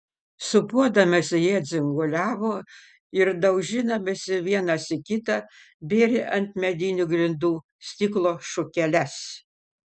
sūpuodamiesi jie dzinguliavo ir daužydamiesi vienas į kitą bėrė ant medinių grindų stiklo šukeles